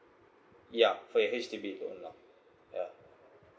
yup for your H_D_B loan lah